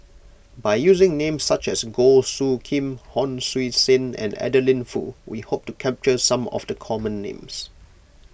by using names such as Goh Soo Khim Hon Sui Sen and Adeline Foo we hope to capture some of the common names